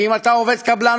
כי אם אתה עובד קבלן,